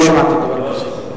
לא שמעת דבר כזה.